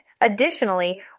Additionally